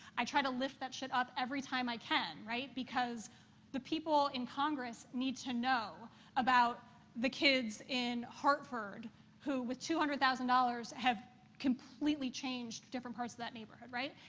i try to lift that shit up every time i can, right, because the people in congress need to know about the kids in hartford who, with two hundred thousand dollars, have completely changed different parts of that neighborhood, right?